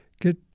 get